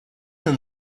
and